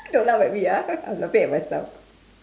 don't laugh at me ah I'm laughing at myself